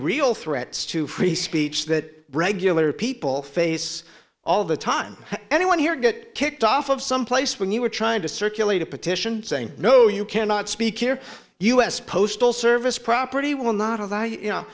real threats to free speech that regular people face all the time anyone here get kicked off of some place when you were trying to circulate a petition saying no you cannot speak your u s postal service property will not have